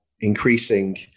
increasing